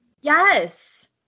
Yes